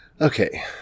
Okay